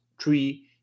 three